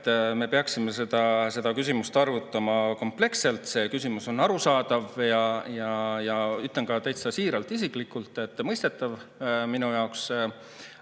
me peaksime seda küsimust arutama kompleksselt, see küsimus on arusaadav ja ütlen täitsa siiralt, et isiklikult minu jaoks